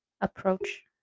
approach